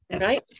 Right